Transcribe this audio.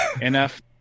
enough